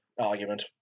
argument